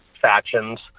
factions